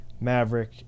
Maverick